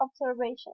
observation